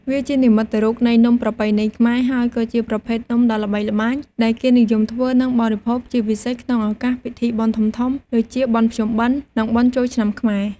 វាជានិមិត្តរូបនៃនំប្រពៃណីខ្មែរ ហើយក៏ជាប្រភេទនំដ៏ល្បីល្បាញ ដែលគេនិយមធ្វើ និងបរិភោគជាពិសេសក្នុងឱកាសពិធីបុណ្យធំៗ ដូចជា បុណ្យភ្ជុំបិណ្ឌ និង បុណ្យចូលឆ្នាំខ្មែរ។